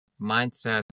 mindset